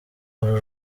uru